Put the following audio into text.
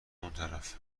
اونطرف